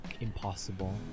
impossible